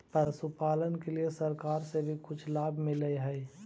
पशुपालन के लिए सरकार से भी कुछ लाभ मिलै हई?